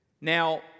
Now